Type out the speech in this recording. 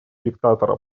диктатора